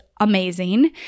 amazing